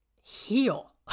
heal